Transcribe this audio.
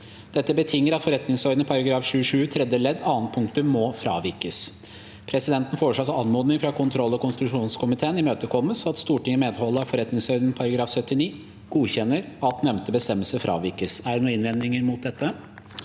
Dette betinger at forretningsordenen § 27 tredje ledd annet punktum må fravikes. Presidenten foreslår at anmodningen fra kontrollog konstitusjonskomiteen imøtekommes, og at Stortinget i medhold av forretningsordenen § 79 godkjenner at nevnte bestemmelse fravikes. – Det anses vedtatt.